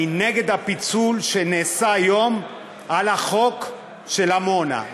אני נגד הפיצול שנעשה היום על החוק של עמונה,